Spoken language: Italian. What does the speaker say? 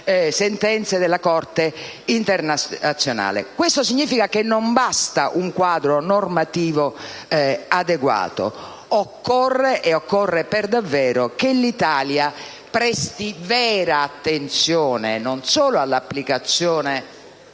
sentenze della Corte internazionale. Questo significa che non basta un quadro normativo adeguato. Occorre, e occorre per davvero, che l'Italia presti vera attenzione all'applicazione